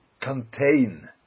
contain